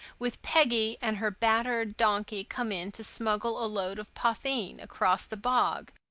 with peggy and her battered donkey come in to smuggle a load of potheen across the bog,